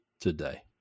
today